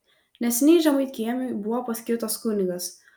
neseniai žemaitkiemiui buvo paskirtas kunigas